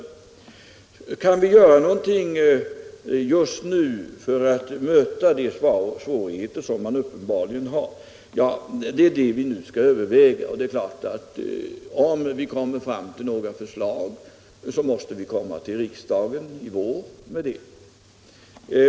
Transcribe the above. utomlands Kan vi göra någonting just nu för att möta de svårigheter som branschen uppenbarligen har? Ja, det är det vi nu skall överväga. Om vi får fram några förslag måste vi komma till riksdagen med dem i vår.